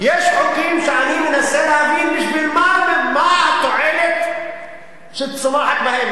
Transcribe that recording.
יש חוקים שאני מנסה להבין: מה התועלת שצומחת בהם?